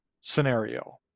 scenario